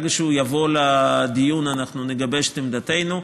ברגע שהוא יבוא לדיון אנחנו נגבש את עמדתנו.